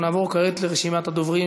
אנחנו נעבור כעת לרשימת הדוברים,